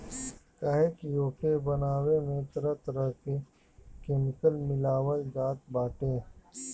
काहे की ओके बनावे में तरह तरह के केमिकल मिलावल जात बाटे